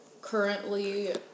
currently